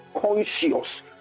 conscious